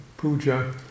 Puja